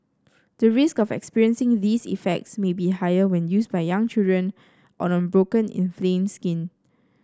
the risk of experiencing these effects may be higher when used by young children or on broken inflamed skin